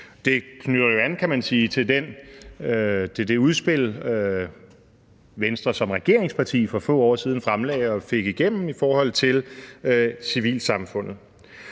an, kan man sige, til det udspil, Venstre som regeringsparti for få år siden fremlagde og fik igennem, i forhold til civilsamfundet.